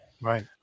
right